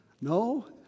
No